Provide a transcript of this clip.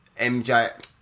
MJ